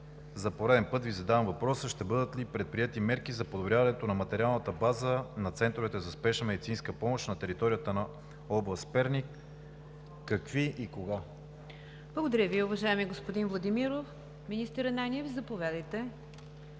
за пореден път Ви задавам въпроса: ще бъдат ли предприети мерки за подобряване на материалната база на центровете за спешна медицинска помощ на територията на област Перник? Какви и кога? ПРЕДСЕДАТЕЛ НИГЯР ДЖАФЕР: Благодаря Ви, уважаеми господин Владимиров. Министър Ананиев, заповядайте.